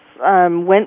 Went